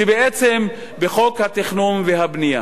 שבעצם בחוק התכנון והבנייה